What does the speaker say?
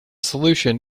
solution